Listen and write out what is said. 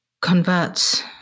converts